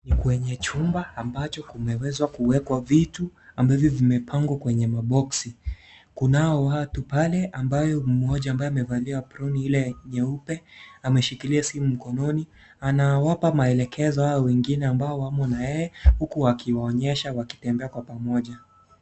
Ni kwenye chumba ambacho kimeweza kuwekwa vitu ambavyo vimepangwa kwenye maboksi, kunao watu pale ambayo mmoja ambayo amevalia aproni ile nyeupe ameshikilia simu mkononi anawapa maelekezo hawa wengine ambao wamo na yeye